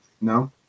No